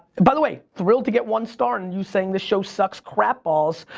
by the way, thrilled to get one star and you saying the show sucks crap balls,